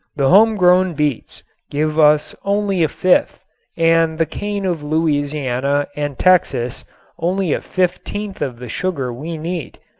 the homegrown beets give us only a fifth and the cane of louisiana and texas only a fifteenth of the sugar we need.